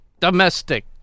Domestic